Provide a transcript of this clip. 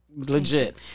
Legit